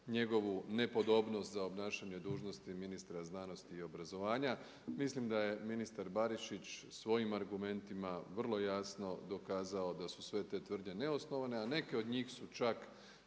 njegovu nepodobnost za obnašanje dužnosti ministra znanosti i obrazovanja. Mislim da je ministar Barišić svojim argumentima vrlo jasno dokazao da su sve te tvrdnje neosnovane, a neke od njih su čak